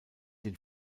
den